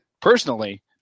personally